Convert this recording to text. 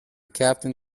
captain